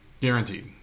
Guaranteed